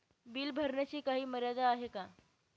Bill भरण्याची काही मर्यादा आहे का?